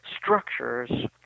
structures